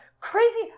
crazy